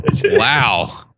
Wow